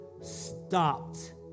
stopped